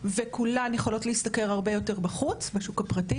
וכולן יכולות להשתכר הרבה יותר בחוץ ובשוק הפרטי